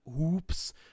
Oops